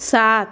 सात